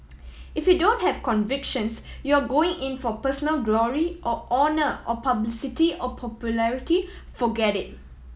if you don't have convictions you are going in for personal glory or honour or publicity or popularity forget it